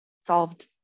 solved